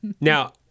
Now